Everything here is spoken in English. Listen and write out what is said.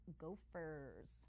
Gophers